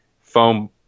foam